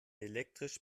elektrisch